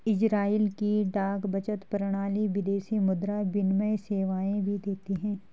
Israel की डाक बचत प्रणाली विदेशी मुद्रा विनिमय सेवाएं भी देती है